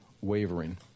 wavering